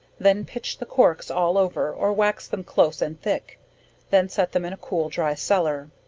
then pitch the corks all over, or wax them close and thick then set them in a cool dry cellar.